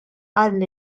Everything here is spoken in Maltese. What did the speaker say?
għall